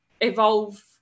evolve